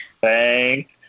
Thanks